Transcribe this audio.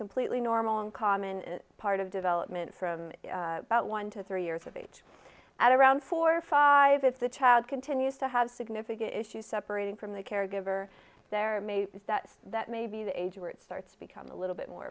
completely normal and common and part of development from about one to three years of age at around four or five if the child continues to have significant issues separating from the caregiver there may be that that may be the age where it starts to become a little bit more